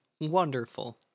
Wonderful